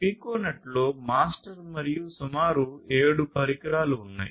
పికోనెట్లో master మరియు సుమారు 7 పరికరాలు ఉన్నాయి